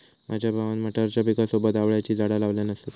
माझ्या भावान मटारच्या पिकासोबत आवळ्याची झाडा लावल्यान असत